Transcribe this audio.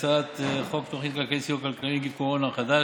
הצעת חוק התוכנית לסיוע כלכלי (נגיף הקורונה החדש)